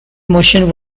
motion